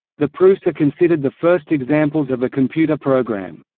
the proofs are considered the first examples of a computer program.